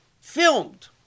filmed